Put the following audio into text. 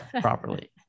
properly